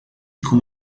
com